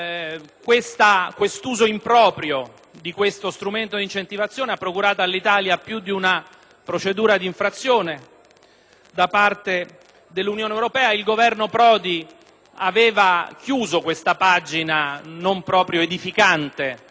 l'uso improprio di questo strumento di incentivazione ha procurato all'Italia più di una procedura di infrazione da parte dell'Unione europea. Il Governo Prodi aveva chiuso questa pagina non proprio edificante